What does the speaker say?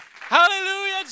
Hallelujah